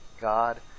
God